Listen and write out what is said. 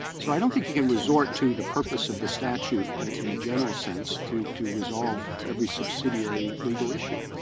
so i don't think you can resort to the purpose of the statute in in a general sense to to resolve every subsidiary legal issue.